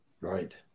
Right